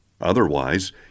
Otherwise